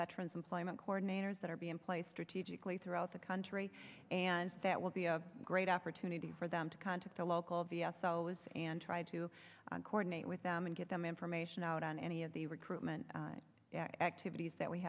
veterans employment coordinators that are being placed strategically throughout the country and that would be a great opportunity for them to contact the local vs always and try to coordinate with them and get them information out on any of the recruitment activities that we